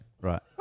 Right